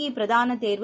இ பிரதானதேர்வு